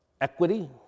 equity